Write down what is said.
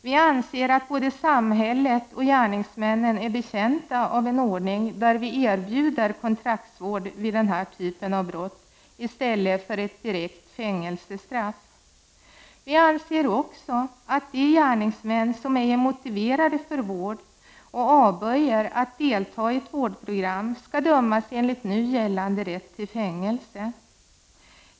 Vi anser att såväl samhället som gärningsmännen är betjänta av en ordning där vi erbjuder kontraktsvård för denna typ av brott i stället för ett direkt fängelsestraff. Vi anser också att de gärningsmän som ej är motiverade för vård och avböjer att delta i ett vårdprogram skall dömas till fängelse en ligt nu gällande rätt.